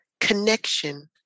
connection